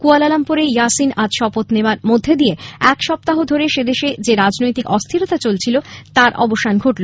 কুয়ালালামপুরে Yassin আজ শপথ নেওয়ার পর এক সপ্তাহ ধরে সেদেশে যে রাজনৈতিক অস্থিরতা চলছিল তার অবসান ঘটল